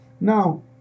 Now